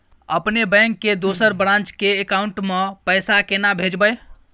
अपने बैंक के दोसर ब्रांच के अकाउंट म पैसा केना भेजबै?